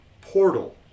portal